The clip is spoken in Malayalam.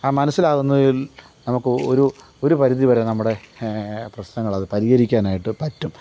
ആ മനസ്സിലാകുന്നതിൽ നമുക്കൊരു ഒരു പരിധിവരെ നമ്മുടെ പ്രശ്നങ്ങളത് പരിഹരിക്കാനായിട്ട് പറ്റും